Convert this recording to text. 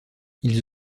ils